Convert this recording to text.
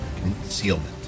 concealment